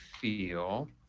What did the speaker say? feel